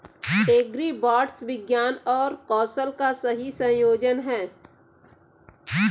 agribots विज्ञान और कौशल का सही संयोजन हैं